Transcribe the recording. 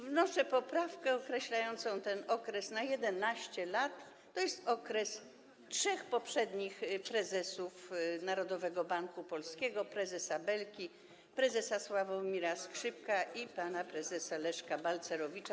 Wnoszę poprawkę określającą ten okres na 11 lat, tj. okres trzech poprzednich prezesów Narodowego Banku Polskiego: prezesa Belki, prezesa Sławomira Skrzypka i pana prezesa Leszka Balcerowicza.